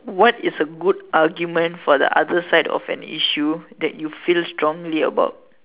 what is a good argument for the other side of an issue that you feel strongly about